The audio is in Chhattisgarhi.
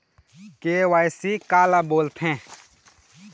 के.वाई.सी काला बोलथें?